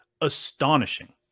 astonishing